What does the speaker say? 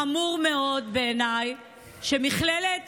חמור מאוד בעיניי שמכללת